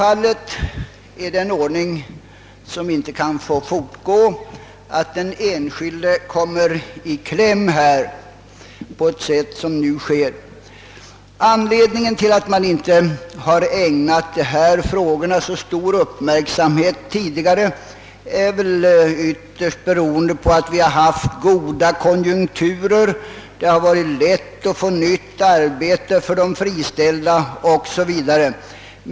Att den enskilde kommer i kläm på ett sätt som nu sker är själv fallet en ordning som inte kan få fortgå. Anledningen till att man inte ägnat dessa frågor så stor uppmärksamhet tidigare är väl ytterst att vi har haft goda konjunkturer ända sedan andra världskriget. Det har varit lätt att få nytt arbete för de friställda o.s.v.